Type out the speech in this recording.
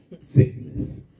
sickness